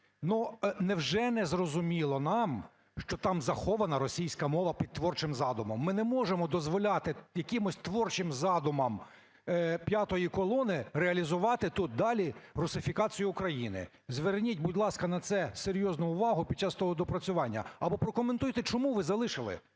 Ну, невже незрозуміло нам, що там захована російська мова під "творчим задумом"? Ми не можемо дозволяти якимось творчим задумам "п'ятої колони" реалізувати тут далі русифікацію України. Зверніть, будь ласка, на це серйозно увагу під час того доопрацювання. Або прокоментуйте, чому ви залишили